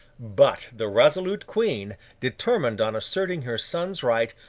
but, the resolute queen, determined on asserting her son's right,